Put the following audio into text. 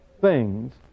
thing's